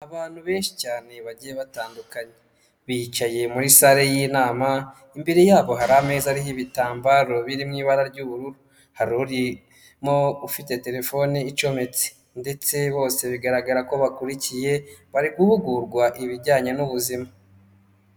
Abantu benshi cyane bagiye batandukanye, bicaye muri sale y'inama, imbere y'abo hari ameza ariho ibitambaro biri mu ibara ry'ubururu, hari urimo ufite telefone icometse, ndetse bose bigaragara ko bakurikiye, bari guhugurwa ibijyanye n'ubuzima.